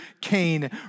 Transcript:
Cain